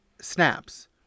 snaps